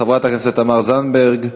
חברת הכנסת תמר זנדברג,